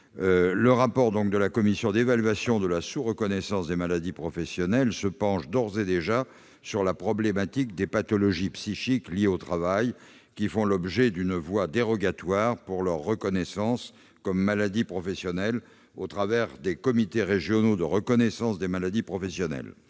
Le rapport de la commission d'évaluation de la sous-reconnaissance des maladies professionnelles se penche d'ores et déjà sur la problématique des pathologies psychiques liées au travail, qui font l'objet d'une voie dérogatoire pour leur reconnaissance comme maladie professionnelle au travers des comités régionaux de reconnaissance des maladies professionnelles.